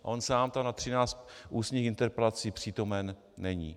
On sám tu na třináct ústních interpelací přítomen není.